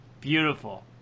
Beautiful